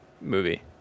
movie